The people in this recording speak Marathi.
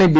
आणि बी